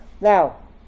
Now